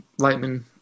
Lightman